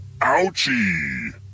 Ouchie